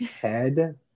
head